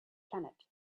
planet